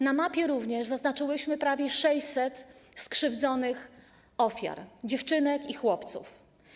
Na mapie również zaznaczyłyśmy prawie 600 skrzywdzonych ofiar - dziewczynek i chłopców.